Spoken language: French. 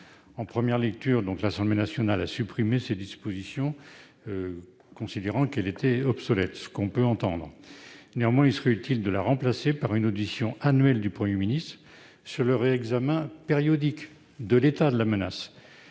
En première lecture, l'Assemblée nationale a supprimé cette disposition, considérant qu'elle était obsolète- ce qu'on peut entendre. Néanmoins, il serait utile de la remplacer par une audition annuelle du Premier ministre sur le réexamen périodique de l'état de la menace